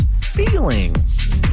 Feelings